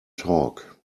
talk